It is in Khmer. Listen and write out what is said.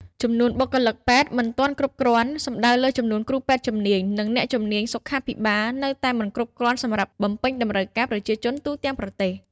ចំនួនបុគ្គលិកពេទ្យមិនទាន់គ្រប់គ្រាន់ សំដៅលើចំនួនគ្រូពេទ្យជំនាញ និងអ្នកជំនាញសុខាភិបាលនៅតែមិនទាន់គ្រប់គ្រាន់សម្រាប់បំពេញតម្រូវការប្រជាជនទូទាំងប្រទេស។